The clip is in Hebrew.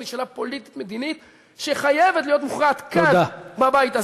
היא שאלה פוליטית-מדינית שחייבת להיות מוכרעת כאן בבית הזה.